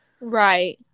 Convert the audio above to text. right